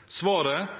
skal